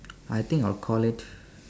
I think I'll call it